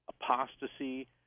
apostasy